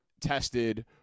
tested